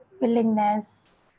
willingness